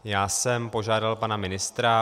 Já jsem požádal pana ministra.